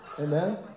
Amen